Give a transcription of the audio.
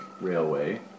Railway